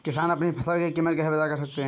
किसान अपनी फसल की कीमत कैसे पता कर सकते हैं?